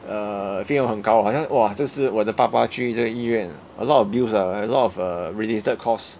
err 费用很高好像 !wah! 这是我的爸爸去了这个医院 a lot of bills ah and a lot of uh related costs